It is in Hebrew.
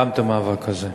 גם את המאבק הזה.